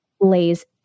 lays